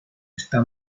está